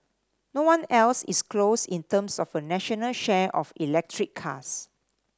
no one else is close in terms of a national share of electric cars